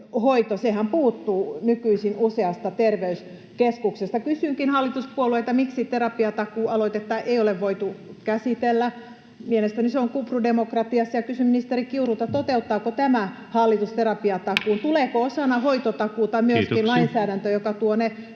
sehän puuttuu nykyisin useasta terveyskeskuksesta. Kysynkin hallituspuolueilta: miksi Terapiatakuu-aloitetta ei ole voitu käsitellä? Mielestäni se on kupru demokratiassa, ja kysyn ministeri Kiurulta: Toteuttaako tämä hallitus terapiatakuun? Tuleeko osana hoitotakuuta myöskin lainsäädäntö, [Puhemies: